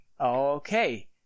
Okay